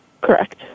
Correct